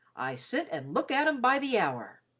i sit and look at em by the hour.